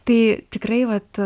tai tikrai vat